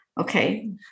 okay